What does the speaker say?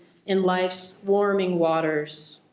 in life's warming waters.